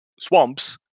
swamps